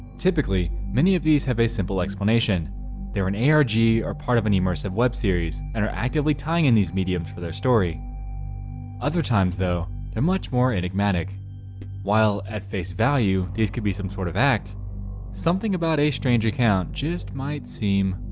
typically many of these have a simple explanation they're an arg are part of an immersive web series and are actively tying in these mediums for their story other times though, they're much more enigmatic while at face value these could be some sort of act something about a strange account just might seem